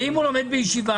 ואם הוא לומד בישיבה?